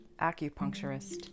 acupuncturist